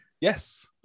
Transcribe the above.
yes